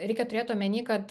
reikia turėt omeny kad